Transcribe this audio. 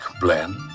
blend